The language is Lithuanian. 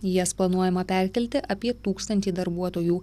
į jas planuojama perkelti apie tūkstantį darbuotojų